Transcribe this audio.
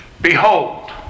Behold